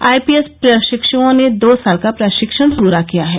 IPS प्रशिक्षओं ने दो साल को प्रशिक्षण पुरा किया है